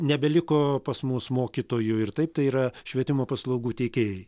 nebeliko pas mus mokytojų ir taip tai yra švietimo paslaugų teikėjai